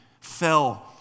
fell